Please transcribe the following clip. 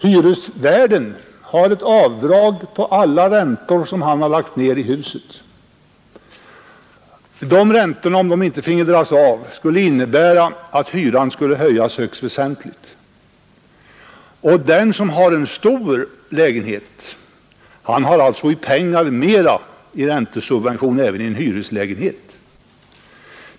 Hyresvärden får göra avdrag för alla räntor som han har. Om dessa räntor inte finge dras av skulle hyran höjas högst väsentligt. Den som har en stor lägenhet får alltså mer i räntesubvention även i en hyreslägenhet.